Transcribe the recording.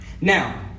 Now